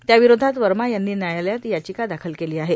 त्या विरोधात वर्मा यांनी न्यायालयात याचिका दाखल केली आहे